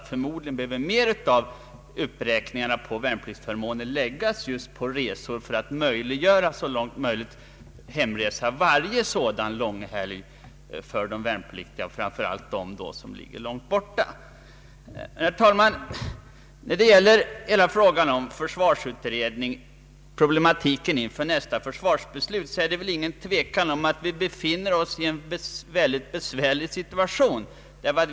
Förmodligen behöver en större del av uppräkningarna i fråga om värnpliktsförmåner läggas just på resorna för att möjliggöra för de värnpliktiga att resa hem helst varje sådan ledighet; framför allt gäller detta de värnpliktiga som är förlagda långt från hemorten. Herr talman! När det gäller hela frågan om försvarsutredningen och problemen inför nästa försvarsbeslut be finner vi oss i en väldigt besvärlig situation.